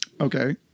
Okay